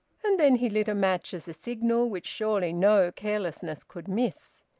and then he lit a match as a signal which surely no carelessness could miss.